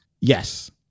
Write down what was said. yes